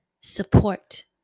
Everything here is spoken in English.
Support